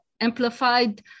amplified